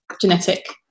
genetic